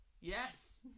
yes